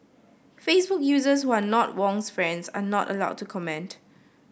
Facebook users who are not Wong's friends are not allowed to comment